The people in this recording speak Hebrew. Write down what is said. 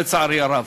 לצערי הרב,